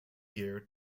year